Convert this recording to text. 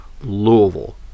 Louisville